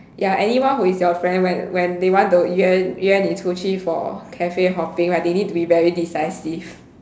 ya anyone who is your friend when when they want to 约你出去 for cafe hopping right they need to be very decisive